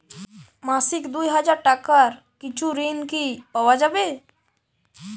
মাসিক দুই হাজার টাকার কিছু ঋণ কি পাওয়া যাবে?